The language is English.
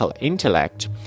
intellect